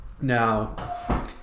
Now